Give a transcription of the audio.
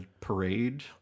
parade